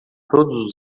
todos